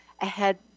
Ahead